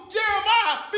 Jeremiah